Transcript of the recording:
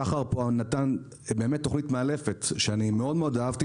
שחר פה נתן באמת תכנית מאלפת שאני מאוד אהבתי